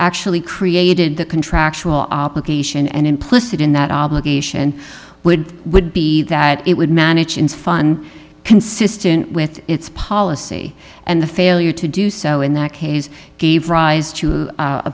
actually created the contractual obligation and implicit in that obligation would would be that it would manage unfun consistent with its policy and the failure to do so in that case gave rise to